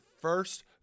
first